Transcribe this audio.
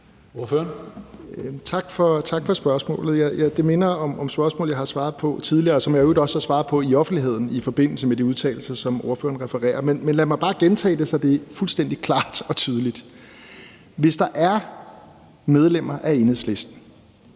Tak for spørgsmålet. Det minder om spørgsmål, jeg har svaret på tidligere, og som jeg i øvrigt også har svaret på i offentligheden i forbindelse med de udtalelser, som ordføreren refererer til. Men lad mig bare gentage det, så det er fuldstændig klart og tydeligt. Hvis der er medlemmer af Enhedslisten,